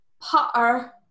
Potter